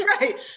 Right